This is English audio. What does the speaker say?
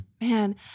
man